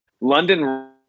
London